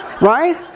Right